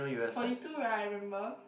forty two right I remember